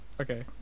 Okay